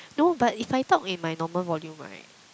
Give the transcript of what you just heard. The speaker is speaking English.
no but if I talk in my normal volume right